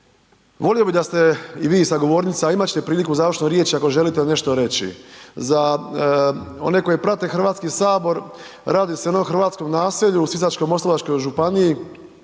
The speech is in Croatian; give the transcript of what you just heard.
Volio bi da ste i vi sa govornica, a imat ćete priliku za završnu riječ ako želite nešto reći. Za one koji prate HS radi se o jednom hrvatskom naselju u Sisačko-moslavačkoj županiji